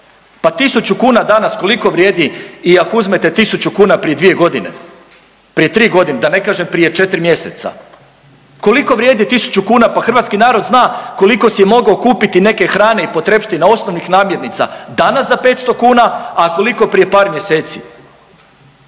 Pa 1000 kn danas koliko vrijedi i ako uzmete 1000 kn prije 2.g., prije 3.g., da ne kažem prije 4 mjeseca, koliko vrijedi 1000 kn? Pa hrvatski narod zna koliko si je mogao kupiti neke hrane i potrepština osnovnih namirnica danas za 500 kn, a koliko prije par mjeseci.